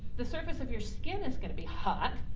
the surface of your skin is gonna be hot.